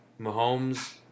Mahomes